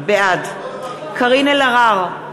בעד קארין אלהרר,